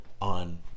on